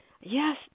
yes